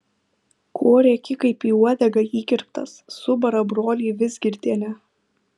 ko rėki kaip į uodegą įkirptas subara brolį vizgirdienė